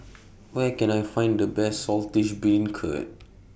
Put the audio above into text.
Where Can I Find The Best Saltish Beancurd